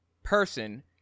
person